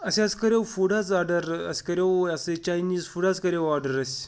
اَسہِ حظ کَریو فُڈ حظ آرڈَر اَسہِ کَریو یہِ ہَسا یہِ چاینیٖز فُڈ حظ کَریو آرڈَر أسۍ